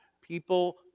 People